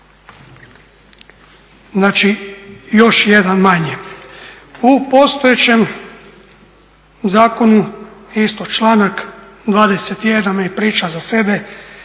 Znači još jedan manje. U postojećem zakonu isto članak 21. je priča za sebe